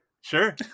Sure